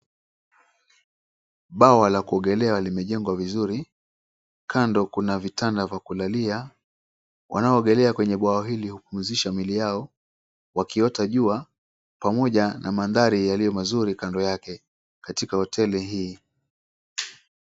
Bwawa la kuogelea limejengwa vizuri. Kando kuna vitanda vya kulalia. Wanaoogelea kwenye bawa hili hupumzisha miili zao wakiota jua pamoja na mandhari yalio mazuri kando yake katika hoteli hii.